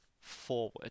forward